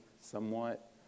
somewhat